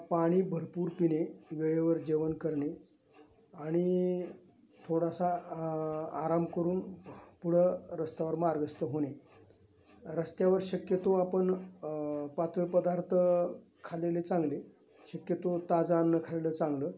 पाणी भरपूर पिणे वेळेवर जेवण करणे आणि थोडासा आराम करून पुढं रस्त्यावर मार्गस्थ होणे रस्त्यावर शक्यतो आपण पातळ पदार्थ खाल्लेले चांगले शक्यतो ताजं अन्न खाल्लेलं चांगलं